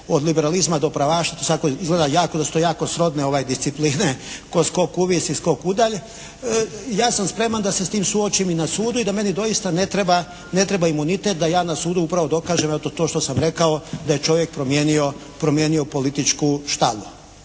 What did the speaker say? od liberalizma do pravaša, sad to izgleda jako da su to jako srodne discipline kao skok u vis i skok u dalj. Ja sam spreman da se s tim suočim i na sudu i da meni doista ne treba imunitet da ja na sudu upravo dokažem eto to što sam rekao da je čovjek promijenio političku …